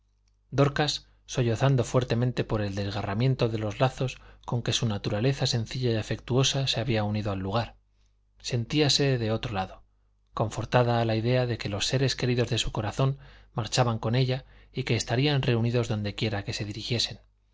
dorcas sollozando fuertemente por el desgarramiento de los lazos con que su naturaleza sencilla y afectuosa se había unido al lugar sentíase de otro lado confortada a la idea de que los seres queridos de su corazón marchaban con ella y que estarían reunidos dondequiera que se